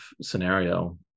scenario